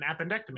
appendectomy